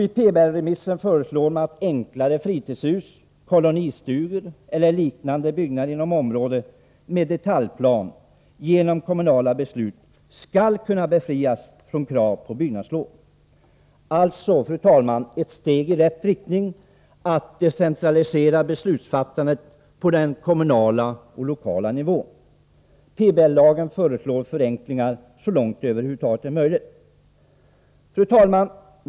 I PBL-remissen föreslås att enklare fritidshus, kolonistugor eller liknande byggnader inom område med detaljplan genom kommunala beslut skall kunna befrias från krav på byggnadslov, alltså, fru talman, ett steg i rätt riktning: att decentralisera beslutsfattandet till den kommunala och lokala nivån. PBL föreslår således förenklingar så långt det över huvud taget är möjligt. Fru talman!